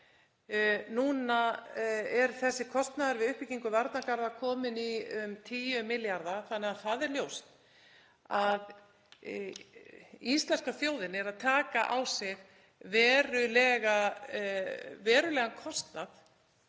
Núna er þessi kostnaður við uppbyggingu varnargarða kominn í um 10 milljarða þannig að það er ljóst að íslenska þjóðin er að taka á sig verulegan kostnað